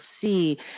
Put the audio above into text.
see